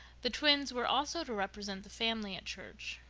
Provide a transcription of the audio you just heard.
the twins were also to represent the family at church,